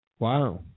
Wow